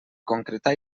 concretar